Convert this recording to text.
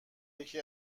یکی